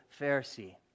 Pharisee